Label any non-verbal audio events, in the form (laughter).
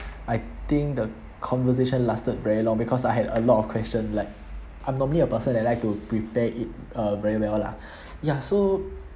I think the conversation lasted very long because I had a lot of questions like I'm normally a person that like to prepare it uh very well lah (breath) ya so